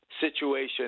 situation